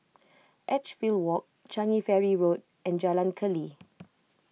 Edgefield Walk Changi Ferry Road and Jalan Keli